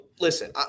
listen